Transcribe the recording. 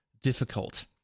difficult